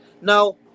Now